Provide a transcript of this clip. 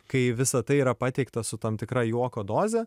kai visa tai yra pateikta su tam tikra juoko doze